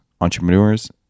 entrepreneurs